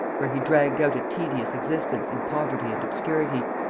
where he dragged out a tedious existence in poverty and obscurity,